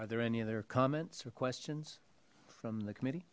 are there any other comments or questions from the committee